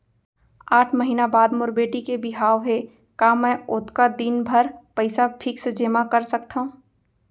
आठ महीना बाद मोर बेटी के बिहाव हे का मैं ओतका दिन भर पइसा फिक्स जेमा कर सकथव?